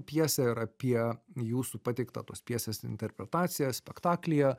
pjesę ir apie jūsų pateiktą tos pjesės interpretaciją spektaklyje